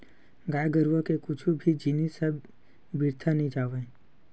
गाय गरुवा के कुछु भी जिनिस ह बिरथा नइ जावय